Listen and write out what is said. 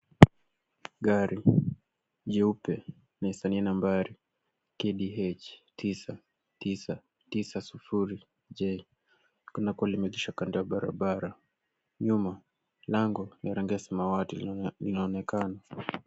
Gari jeupe yenye sahani ya nambari KDH 990J limeegeshwa kando ya barabara . Nyuma, lango la rangi ya samawati linaonekana.